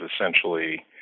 essentially